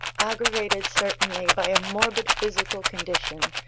aggravated, certainly, by a morbid physical condition,